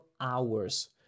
hours